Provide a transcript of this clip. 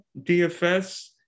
dfs